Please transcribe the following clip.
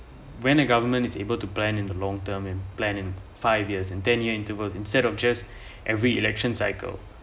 when the government is able to blend in the long term in plan five years and ten year intervals instead of just every election cycle